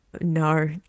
no